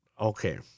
Okay